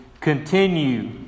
continue